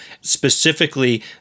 specifically